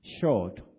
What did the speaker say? short